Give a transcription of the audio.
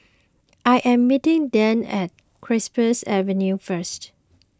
I am meeting Dann at Cypress Avenue first